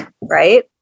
right